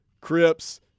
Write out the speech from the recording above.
Crips